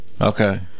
Okay